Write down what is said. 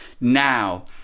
Now